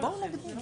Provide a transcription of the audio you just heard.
אז בואו נגדיל.